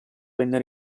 venne